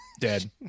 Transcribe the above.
Dead